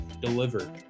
delivered